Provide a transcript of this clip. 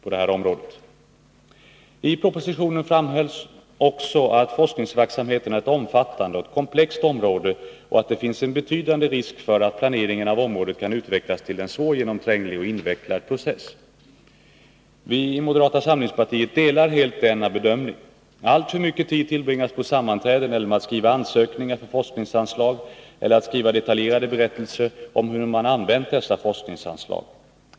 I föreliggande proposition framhålls vidare att forskningsverksamheten är ett omfattande och komplext område och att det finns en betydande risk för att planeringen av området kan utvecklas till en svårgenomtränglig och invecklad process. Vi i moderata samlingspartiet delar helt denna bedömning. Alltför mycket tid tillbringas på sammanträden och med att skriva ansökningar för forskningsanslag eller detaljerade berättelser om hur man har använt dessa forskningsanslag.